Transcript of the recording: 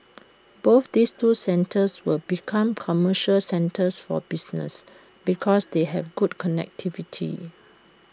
both these two centres will become commercial centres for business because they have good connectivity